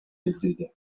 билдирди